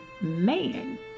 man